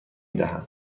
دهم